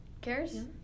Cares